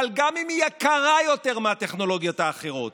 גם אם היא יקרה יותר מהטכנולוגיות האחרות.